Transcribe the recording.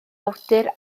awdur